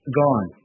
gone